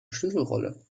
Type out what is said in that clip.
schlüsselrolle